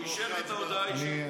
הוא אישר לי את ההודעה האישית.